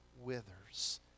withers